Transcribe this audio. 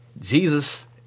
Jesus